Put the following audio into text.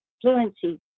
fluency